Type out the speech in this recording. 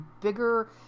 bigger